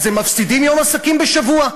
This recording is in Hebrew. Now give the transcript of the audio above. אז הם מפסידים יום עסקים בשבוע.